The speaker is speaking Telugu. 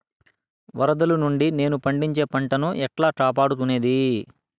వరదలు నుండి నేను పండించే పంట ను ఎట్లా కాపాడుకునేది?